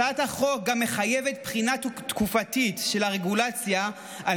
הצעת החוק גם מחייבת בחינה תקופתית של הרגולציה על